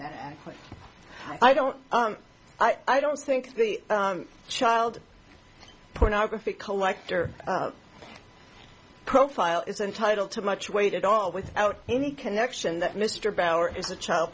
that i don't i don't think the child pornography collector profile is entitled to much weight at all without any connection that mr bauer is a child